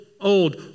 old